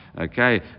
okay